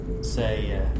say